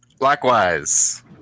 Likewise